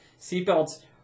seatbelts